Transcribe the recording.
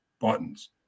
buttons